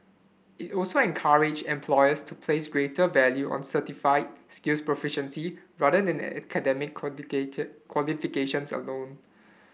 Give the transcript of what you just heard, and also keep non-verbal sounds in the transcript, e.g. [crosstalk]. it will also encourage employers to place greater value on certify skills proficiency rather than [unintelligible] academic [unintelligible] qualifications alone